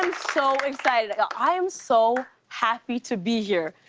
so excited. like ah i am so happy to be here.